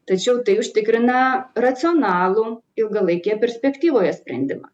tačiau tai užtikrina racionalų ilgalaikėje perspektyvoje sprendimą